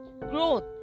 growth